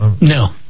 No